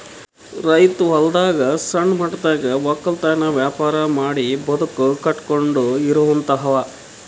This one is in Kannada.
ರೈತ್ ಹೊಲದಾಗ್ ಸಣ್ಣ ಮಟ್ಟದಾಗ್ ವಕ್ಕಲತನ್ ವ್ಯಾಪಾರ್ ಮಾಡಿ ಬದುಕ್ ಕಟ್ಟಕೊಂಡು ಇರೋಹಂತಾವ